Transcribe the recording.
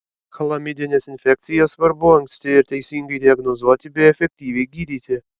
chlamidines infekcijas svarbu anksti ir teisingai diagnozuoti bei efektyviai gydyti